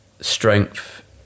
strength